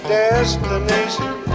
Destination